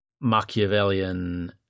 Machiavellian